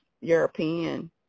European –